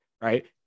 right